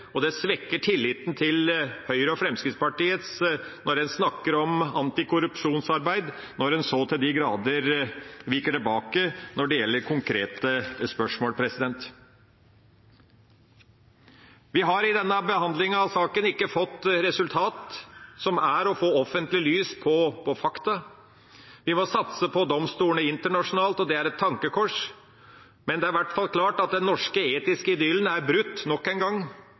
svekker tilliten til Høyre og Fremskrittspartiet når de snakker om antikorrupsjonsarbeid, når en så til de grader viker tilbake når det gjelder konkrete spørsmål. Vi har i denne behandlinga av saken ikke fått resultat som er å få offentlig lys på fakta. Vi må satse på domstolene internasjonalt, og det er et tankekors. Men det er i hvert fall klart at den norske etiske idyllen er brutt – den er brutt nok en gang